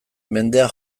mendea